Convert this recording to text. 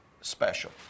special